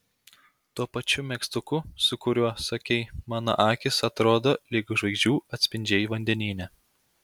tuo pačiu megztuku su kuriuo sakei mano akys atrodo lyg žvaigždžių atspindžiai vandenyne